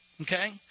Okay